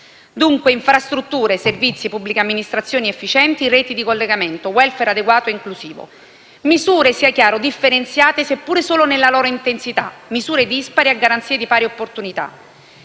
dunque infrastrutture, servizi, pubblica amministrazione efficiente, reti di collegamento, *welfare* adeguato e inclusivo, misure - sia chiaro - differenziate sia pure soltanto nella loro intensità, misure dispari a garanzia di pari opportunità.